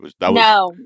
No